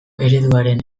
ereduaren